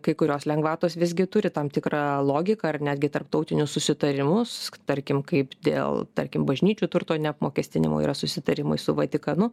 kai kurios lengvatos visgi turi tam tikrą logiką ar netgi tarptautinius susitarimus tarkim kaip dėl tarkim bažnyčių turto neapmokestinimo yra susitarimai su vatikanu